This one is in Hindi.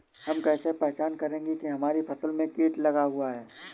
हम कैसे पहचान करेंगे की हमारी फसल में कीट लगा हुआ है?